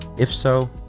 if so,